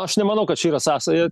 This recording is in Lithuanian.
aš nemanau kad čia yra sąsaja